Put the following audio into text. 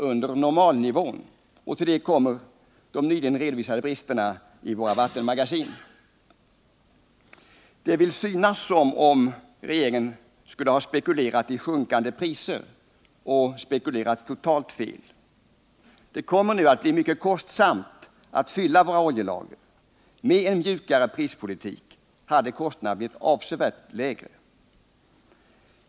under normalnivån. Till detta kommer de nyligen redovisade bristerna i våra vattenmagasin. Det vill synas som om regeringen skulle ha spekulerat i sjunkande priser och spekulerat totalt fel. Det kommer nu att bli mycket kostsamt att fylla våra oljelager. Med en mjukare prispolitik hade kostnaderna blivit avsevärt lägre.